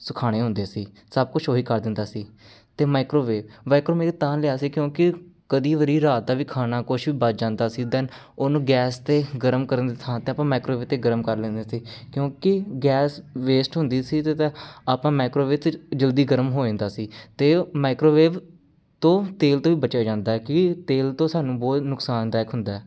ਸੁਕਾਉਣੇ ਹੁੰਦੇ ਸੀ ਸਭ ਕੁਛ ਉਹ ਹੀ ਕਰ ਦਿੰਦਾ ਸੀ ਅਤੇ ਮਾਈਕਰੋਵੇਵ ਮਾਈਕਰੋਵੇਵ ਤਾਂ ਲਿਆ ਸੀ ਕਿਉਂਕਿ ਕਈ ਵਾਰੀ ਰਾਤ ਦਾ ਵੀ ਖਾਣਾ ਕੁਛ ਵੀ ਬਚ ਜਾਂਦਾ ਸੀ ਦੈਨ ਉਹਨੂੰ ਗੈਸ 'ਤੇ ਗਰਮ ਕਰਨ ਦੀ ਥਾਂ 'ਤੇ ਆਪਾਂ ਮਾਈਕਰੋਵੇਵ 'ਤੇ ਗਰਮ ਕਰ ਲੈਂਦੇ ਸੀ ਕਿਉਂਕਿ ਗੈਸ ਵੇਸਟ ਹੁੰਦੀ ਸੀ ਅਤੇ ਆਪਾਂ ਮਾਈਕਰੋਵੇਵ 'ਤੇ ਜਲਦੀ ਗਰਮ ਹੋ ਜਾਂਦਾ ਸੀ ਅਤੇ ਮਾਈਕਰੋਵੇਵ ਤੋਂ ਤੇਲ ਤੋਂ ਵੀ ਬਚਿਆ ਜਾਂਦਾ ਕਿਉਂਕਿ ਤੇਲ ਤੋਂ ਸਾਨੂੰ ਬਹੁਤ ਨੁਕਸਾਨਦਾਇਕ ਹੁੰਦਾ